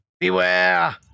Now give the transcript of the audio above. Beware